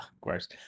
gross